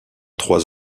trois